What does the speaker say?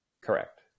Correct